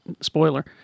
Spoiler